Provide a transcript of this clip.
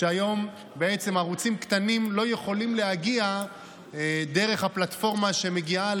שהיום בעצם ערוצים קטנים לא יכולים להגיע דרך הפלטפורמה שמגיעה